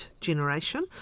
generation